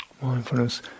mindfulness